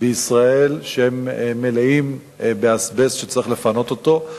בישראל שהם מלאים באזבסט וצריך לפנות אותו.